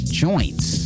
joints